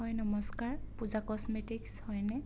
হয় নমস্কাৰ পূজা কচমেটিক্স হয়নে